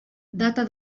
data